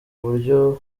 uburyo